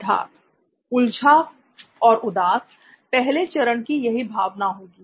सिद्धार्थ उलझा और उदास "पहले" चरण की यही भावना होगी